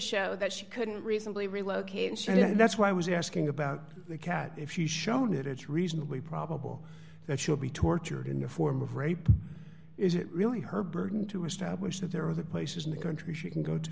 show that she couldn't recently relocated so that's why i was asking about the cat if she's shown it it's reasonably probable that she'll be tortured in the form of rape is it really her burden to establish that there are other places in the country she can go to